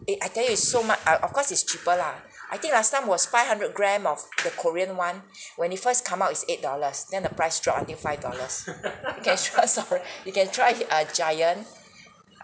eh I tell you it's so much ah of course it's cheaper lah I think last time was five hundred gram of the korean one when it first come out it's eight dollars then the price dropped until five dollars you can try s~ you can try uh giant